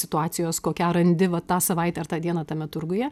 situacijos kokią randi va tą savaitę ar tą dieną tame turguje